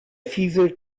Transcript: fieselt